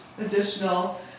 additional